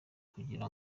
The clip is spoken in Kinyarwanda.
kugira